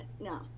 no